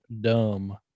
dumb